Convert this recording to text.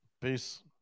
Peace